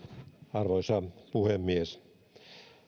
arvoisa puhemies